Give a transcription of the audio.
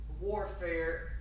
warfare